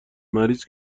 مریض